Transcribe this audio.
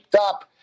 up